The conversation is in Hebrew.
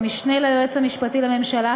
המשנה ליועץ המשפטי לממשלה,